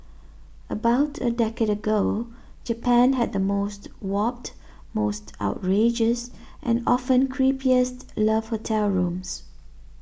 about a decade ago Japan had the most warped most outrageous and often creepiest love hotel rooms